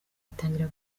itangira